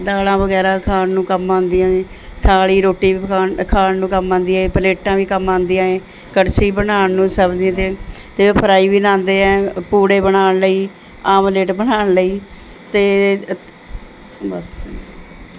ਦਾਲ਼ਾਂ ਵਗੈਰਾ ਖਾਣ ਨੂੰ ਕੰਮ ਆਉਂਦੀਆਂ ਜੀ ਥਾਲ਼ੀ ਰੋਟੀ ਪਕਾ ਖਾਣ ਨੂੰ ਕੰਮ ਆਉਂਦੀ ਹੈ ਪਲੇਟਾਂ ਵੀ ਕੰਮ ਆਉਂਦੀਆਂ ਏ ਕੜਛੀ ਬਣਾਉਣ ਨੂੰ ਸਬਜ਼ੀ ਦੇ ਅਤੇ ਫਰਾਈਬੀਨ ਆਉਂਦੇ ਹੈ ਪੂੜੇ ਬਣਾਉਣ ਲਈ ਆਮਲੇਟ ਬਣਾਉਣ ਲਈ ਅਤੇ ਬਸ